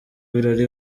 birori